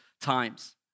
times